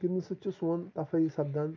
گِنٛدنہٕ سۭتۍ چھُ سون سَپدان